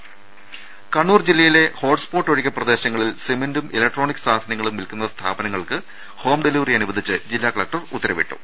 രേര കണ്ണൂർ ജില്ലയിലെ hot spot ഒഴികെ പ്രദേശങ്ങളിൽ സിമന്റും ഇലക്ട്രോണിക് സാധനങ്ങളും വിൽക്കുന്ന സ്ഥാപനങ്ങൾക്ക് ഹോംഡെലിവെറി അനുവദിച്ച് ജില്ലാ കലക്ടർ ഉത്തരവിട്ടു